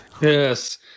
Yes